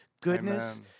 goodness